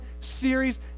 series